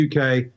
UK